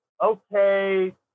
Okay